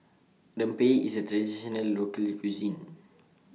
Rempeyek IS A Traditional Local Cuisine